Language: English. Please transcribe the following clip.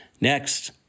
Next